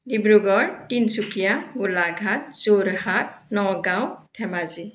Dibrugarh Tinsukia Golaghat Jorhat Nagaon Dhemaji